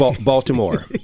Baltimore